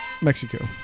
Mexico